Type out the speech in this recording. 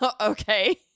Okay